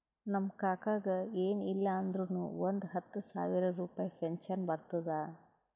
ನಮ್ ಕಾಕಾಗ ಎನ್ ಇಲ್ಲ ಅಂದುರ್ನು ಒಂದ್ ಹತ್ತ ಸಾವಿರ ರುಪಾಯಿ ಪೆನ್ಷನ್ ಬರ್ತುದ್